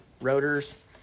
rotors